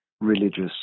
religious